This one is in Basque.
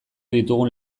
ditugun